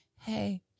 hey